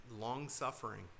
long-suffering